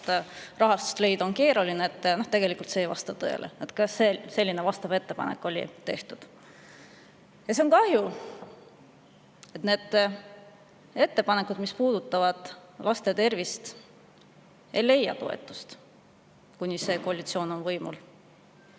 rahastust leida on keeruline, tegelikult ei vasta tõele. Ettepanek selleks oli tehtud. Ja on väga kahju, et need ettepanekud, mis puudutavad laste tervist, ei leia toetust, kuni see koalitsioon on võimul.